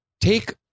take